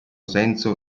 senso